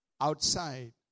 outside